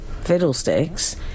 Fiddlesticks